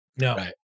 No